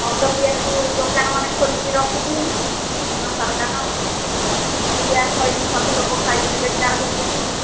ମଦ ପିଇବାକୁ ଦୋକାନ ମାନେ ଖୋଲିକି ରଖୁଛି ନୂଆ ସରକାର ପୁଡ଼ିଆ ଖଇନି ସବୁ ଲୋକ ଖାଇକିରି ବେକାର ହେଉଛନ୍ତି